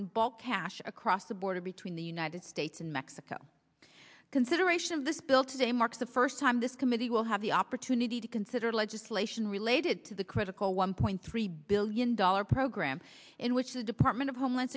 and bulk cash across the border between the united states and mexico consideration of this bill today marks the first time this committee will have the opportunity to consider legislation related to the critical one point three billion dollars program in which the department of homeland